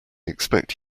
expect